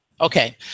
Okay